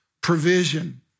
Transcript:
provision